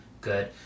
good